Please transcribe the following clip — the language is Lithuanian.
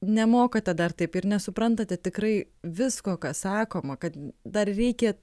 nemokate dar taip ir nesuprantate tikrai visko kas sakoma kad dar reikia